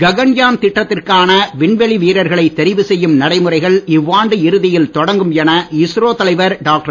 ககன்யான் திட்டத்திற்கான விண்வெளி வீரர்களை தெரிவு செய்யும் நடைமுறைகள் இவ்வாண்டு இறுதியில் தொடங்கும் என இஸ்ரோ தலைவர் டாக்டர்